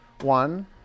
One